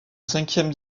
cinquième